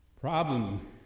problem